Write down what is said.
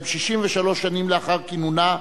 גם 63 שנים לאחר כינונה,